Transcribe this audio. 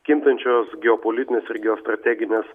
kintančios geopolitinės ir geostrateginės